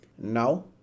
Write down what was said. Now